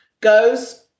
goes